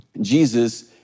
Jesus